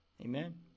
Amen